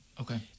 Okay